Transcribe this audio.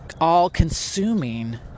all-consuming